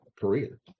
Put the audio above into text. career